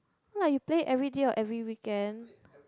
not like you play everyday or every weekend